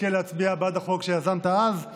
תזכה להצביע בעד החוק שיזמת אז,